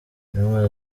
intumwa